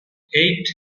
eight